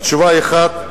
תשובה אחת,